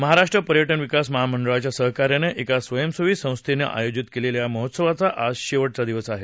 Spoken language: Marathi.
महाराष्ट्र पर्यटन विकास महामंडळाच्या सहकार्यानं एका स्वयंसेवी संस्थेनं आयोजित केलेल्या या महोत्सवाचा आज शेवटचा दिवस आहे